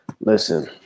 Listen